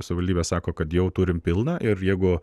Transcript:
savivaldybė sako kad jau turime pilną ir jeigu